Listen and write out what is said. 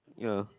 ya